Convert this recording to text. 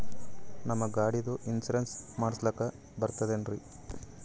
ನಮ್ಮ ಗಾಡಿದು ಇನ್ಸೂರೆನ್ಸ್ ಮಾಡಸ್ಲಾಕ ಬರ್ತದೇನ್ರಿ?